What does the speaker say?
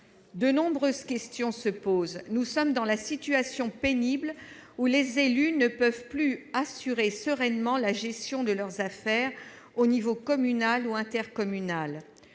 De nombreuses questions se posent. Nous sommes dans la situation pénible où les élus ne peuvent plus assurer sereinement la gestion de leurs affaires au niveau communal ou intercommunal.